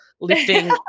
lifting